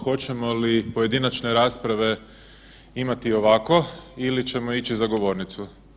Hoćemo li pojedinačne rasprave imat ovako ili ćemo ići za govornicu?